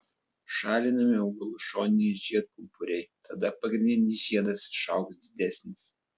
šalinami augalų šoniniai žiedpumpuriai tada pagrindinis žiedas išaugs didesnis